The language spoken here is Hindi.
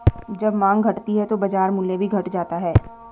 जब माँग घटती है तो बाजार मूल्य भी घट जाता है